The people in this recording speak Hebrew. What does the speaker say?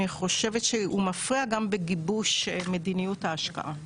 אני חושבת שהוא מפריע גם בגיבוש מדיניות ההשקעה.